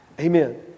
Amen